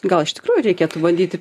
gal iš tikrųjų reikėtų bandyti